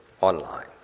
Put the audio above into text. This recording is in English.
online